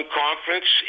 conference